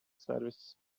service